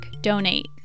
donate